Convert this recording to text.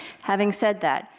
having said that,